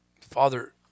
Father